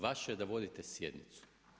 Vaše je da vodite sjednicu.